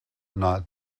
not